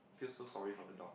feel so sorry for the dog